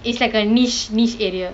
it's like a niche niche area